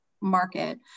market